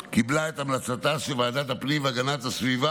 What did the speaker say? שקיבלה את המלצתה של ועדת הפנים והגנת הסביבה